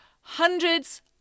hundreds